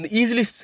easily